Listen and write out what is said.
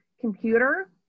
computer